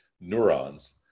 neurons